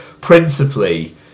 principally